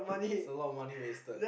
it's a lot money wasted